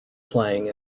playing